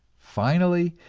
finally,